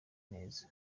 neza